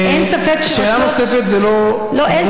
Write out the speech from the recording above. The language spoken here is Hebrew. שאלה נוספת זה לא נאום.